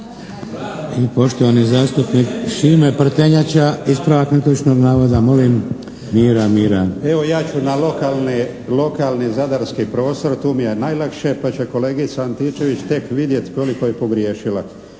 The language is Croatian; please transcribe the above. I poštovani zastupnik Šime Prtenjača ispravak netočnog navoda. **Prtenjača, Šime (HDZ)** Evo, ja ću na lokalni zadarski prostor, tu mi je najlakše, pa će kolegica Antičević tek vidjeti koliko je pogriješila.